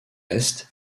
est